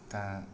दा